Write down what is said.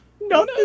no